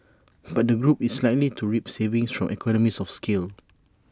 but the group is likely to reap savings from economies of scale